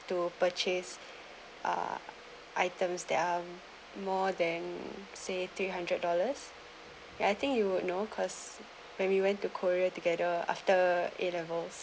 to purchase uh items there are more than say two hundred dollars can I think you know because when we went to korea together after a levels